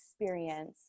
experience